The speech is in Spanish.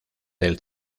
del